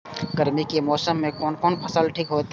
गर्मी के मौसम में कोन कोन फसल ठीक होते?